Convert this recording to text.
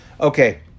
Okay